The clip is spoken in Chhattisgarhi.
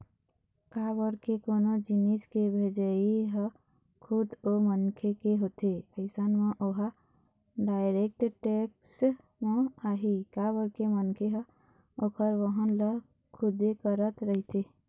काबर के कोनो जिनिस के भेजई ह खुद ओ मनखे के होथे अइसन म ओहा डायरेक्ट टेक्स म आही काबर के मनखे ह ओखर वहन ल खुदे करत रहिथे